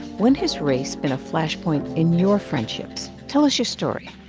when has race been a flashpoint in your friendships? tell us your story.